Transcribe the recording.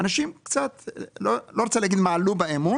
אני לא רוצה לומר שאנשים קצת מעלו באמון